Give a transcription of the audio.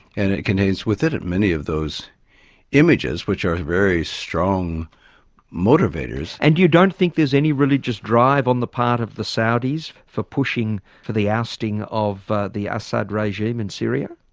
and it contains within it many of those images, which are very strong motivators. and you don't think there's any religious drive on the part of the saudis for pushing for the ousting of the assad regime in syria?